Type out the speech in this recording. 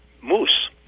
moose